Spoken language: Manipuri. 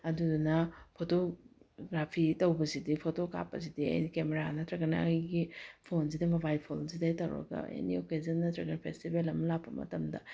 ꯑꯗꯨꯗꯨꯅ ꯐꯣꯇꯣꯒ꯭ꯔꯥꯐꯤ ꯇꯧꯕꯁꯤꯗꯤ ꯐꯣꯇꯣ ꯀꯥꯞꯄꯁꯤꯗꯤ ꯑꯩꯗꯤ ꯀꯦꯃꯦꯔꯥ ꯅꯠꯇ꯭ꯔꯒꯅ ꯑꯩꯒꯤ ꯐꯣꯟꯁꯤꯗ ꯃꯣꯕꯥꯏꯜ ꯐꯣꯟꯁꯤꯗꯒꯤ ꯇꯧꯔꯒ ꯑꯦꯅꯤ ꯑꯣꯀꯦꯖꯟ ꯅꯠꯇ꯭ꯔꯒ ꯐꯦꯁꯇꯤꯕꯦꯜ ꯑꯃ ꯂꯥꯛꯄ ꯃꯇꯝꯗ